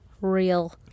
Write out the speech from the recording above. real